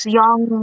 young